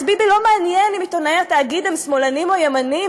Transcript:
את ביבי לא מעניין אם עיתונאי התאגיד הם שמאלנים או ימנים.